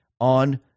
on